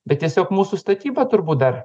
bet tiesiog mūsų statyba turbūt dar